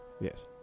Yes